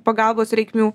pagalbos reikmių